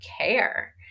care